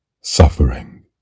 suffering